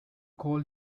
call